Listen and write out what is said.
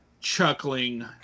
Chuckling